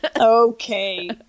Okay